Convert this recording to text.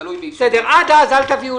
עד אז אל תביאו